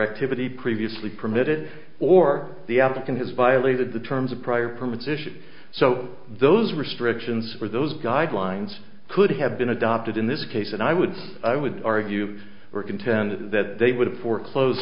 activity previously permitted or the applicant has violated the terms of prior permits issued so those restrictions or those guidelines could have been adopted in this case and i would i would argue were contended that they would foreclose